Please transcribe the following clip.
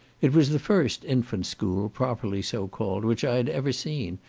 it was the first infant school, properly so called, which i had ever seen,